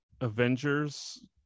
Avengers